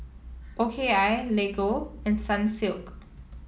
O K I Lego and Sunsilk